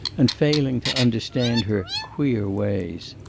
and failing to understand her queer ways